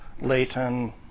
Leighton